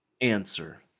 answer